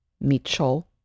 Mitchell